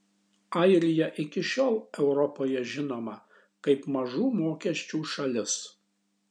airija iki šiol europoje žinoma kaip mažų mokesčių šalis